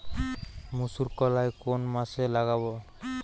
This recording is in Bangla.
মুসুরকলাই কোন মাসে লাগাব?